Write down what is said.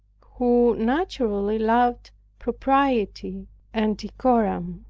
who naturally loved propriety and decorum.